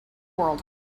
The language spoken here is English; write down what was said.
world